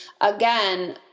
again